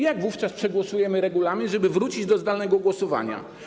Jak wówczas przegłosujemy regulamin, żeby wrócić do zdalnego głosowania?